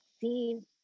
seen